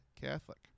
Catholic